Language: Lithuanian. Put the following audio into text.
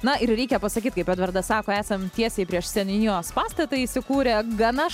na ir reikia pasakyt kaip edvardas sako esam tiesiai prieš seniūnijos pastatą įsikūrę gana